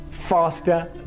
faster